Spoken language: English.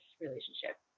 relationship